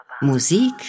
Musik